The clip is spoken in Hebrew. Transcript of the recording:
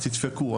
אז תדפקו.